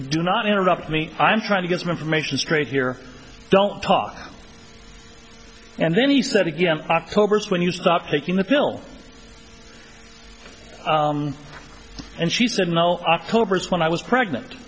do not interrupt me i'm trying to get some information straight here don't talk and then he said again october is when you stop taking the pill three and she said no october when i was